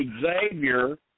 Xavier